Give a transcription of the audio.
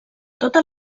tota